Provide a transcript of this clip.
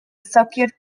circuit